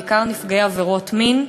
בעיקר נפגעי עבירות מין,